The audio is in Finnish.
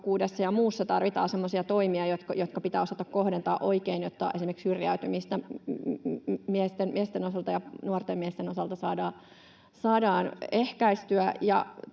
ja muussa tarvitaan semmoisia toimia, jotka pitää osata kohdentaa oikein, jotta esimerkiksi syrjäytymistä miesten osalta ja nuorten miesten osalta saadaan ehkäistyä.